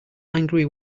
angry